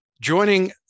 Joining